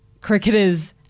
cricketers